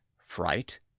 fright